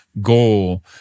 goal